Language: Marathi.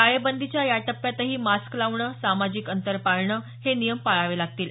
टाळेबंदीच्या या टप्प्यातही मास्क लावणं सामाजिक अंतर पाळणं हे नियम पाळावे लागतील